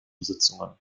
besitzungen